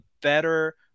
better